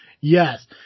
Yes